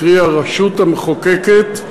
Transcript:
קרי הרשות המחוקקת,